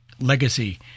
legacy